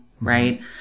right